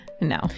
No